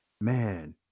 Man